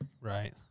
Right